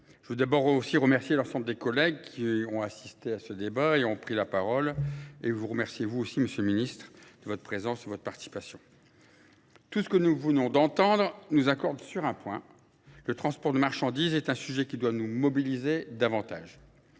Je veux d'abord aussi remercier l'ensemble des collègues qui ont assisté à ce débat et ont pris la parole et vous remercier vous aussi, Monsieur le Ministre, de votre présence et votre participation. Tout ce que nous voulons d'entendre nous accorde sur un point. Le transport de marchandises est un sujet qui doit nous mobiliser davantage.